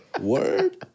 Word